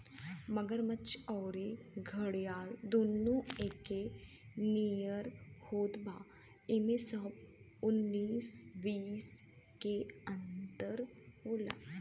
मगरमच्छ अउरी घड़ियाल दूनो एके नियर होत बा इमे बस उन्नीस बीस के अंतर होला